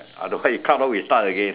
otherwise it cut off we start again